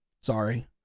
sorry